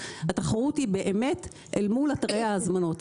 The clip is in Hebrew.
התחרות היא באמת אל מול אתרי ההזמנות,